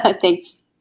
Thanks